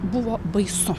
buvo baisu